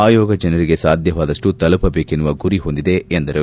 ಆಯೋಗ ಜನರಿಗೆ ಸಾಧ್ಯವಾದಷ್ಟು ತಲುಪಬೇಕೆನ್ನುವ ಗುರಿ ಹೊಂದಿದೆ ಎಂದರು